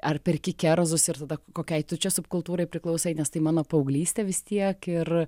ar perki kerzus ir tada kokiai tu čia subkultūrai priklausai nes tai mano paauglystė vis tiek ir